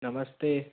નમસ્તે